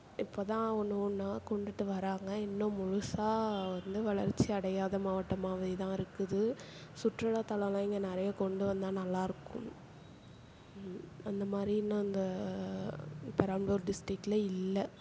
இப்போ தான் ஒன்று ஒன்றா கொண்டுட்டு வர்றாங்க இன்னும் முழுசாக வந்து வளர்ச்சியடையாத மாவட்டமாகவே தான் இருக்குது சுற்றுலாத்தலமெலாம் இங்கே நிறையா கொண்டு வந்தால் நல்லா இருக்கும் அந்த மாதிரி இன்னும் அந்த பெரம்பலூர் டிஸ்ட்ரிக்கில் இல்லை